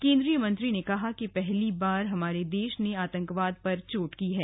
केंद्रीय मंत्री ने कहा कि पहली बार हमारे देश ने आतंकवाद पर चोट की है